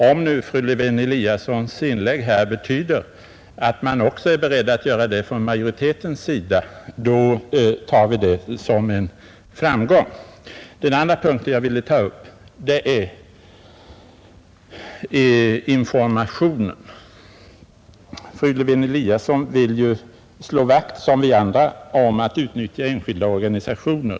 Om nu fru Lewén-Eliassons inlägg betyder att också majoriteten är beredd att göra det, tar vi det som en framgång. Den andra punkten jag ville ta upp är informationen. Fru Lewén Eliasson vill ju som vi andra slå vakt om enskilda organisationer.